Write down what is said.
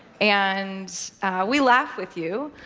and we laugh with you,